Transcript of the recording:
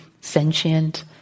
sentient